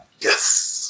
Yes